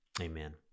Amen